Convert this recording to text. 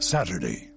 Saturday